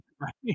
right